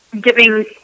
giving